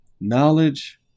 knowledge